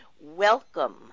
welcome